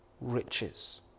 riches